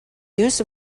use